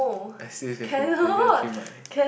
I steal this question I get the three mark